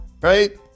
right